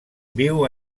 viu